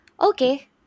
okay